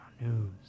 News